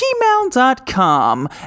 gmail.com